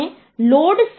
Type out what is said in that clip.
2 ઘાત માઇનસ 1 એટલે કે 0